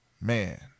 man